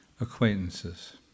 acquaintances